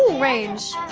range.